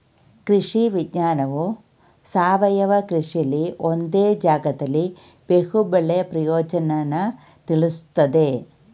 ಕೃಷಿ ವಿಜ್ಞಾನವು ಸಾವಯವ ಕೃಷಿಲಿ ಒಂದೇ ಜಾಗ್ದಲ್ಲಿ ಬಹು ಬೆಳೆ ಪ್ರಯೋಜ್ನನ ತಿಳುಸ್ತದೆ